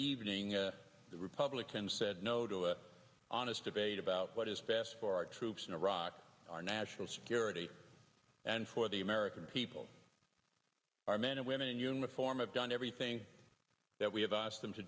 evening the republicans said no to an honest debate about what is best for our troops in iraq our national security and for the american people our men and women in uniform have done everything that we have asked them to